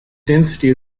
density